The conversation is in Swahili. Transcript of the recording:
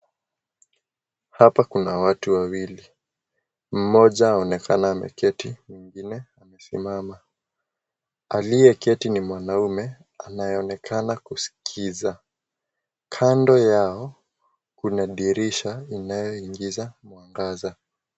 Hapa kuna watu wawili, mmoja anaonekana ameketi, mwingine amesimama aliyeketi ni mwanaume anayeonekana kusikiza kando yao kuna dirisha inayoingiza mwangaza.